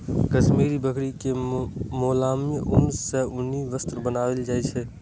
काश्मीरी बकरी के मोलायम ऊन सं उनी वस्त्र बनाएल जाइ छै